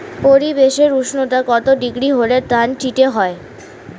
পরিবেশের উষ্ণতা কত ডিগ্রি হলে ধান চিটে হয়?